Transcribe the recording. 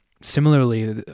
similarly